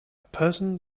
person